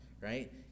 right